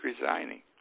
resigning